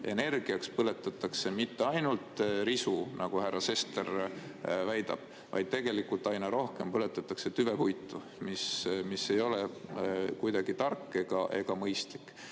energia saamiseks mitte ainult risu, nagu härra Sester väidab, vaid tegelikult aina rohkem põletatakse tüvepuitu, mis ei ole kuidagi tark ega mõistlik.